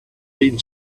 been